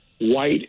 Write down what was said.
white